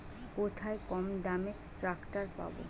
কোথায় কমদামে ট্রাকটার পাব?